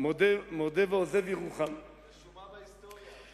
ההמלצה הזאת רשומה בהיסטוריה.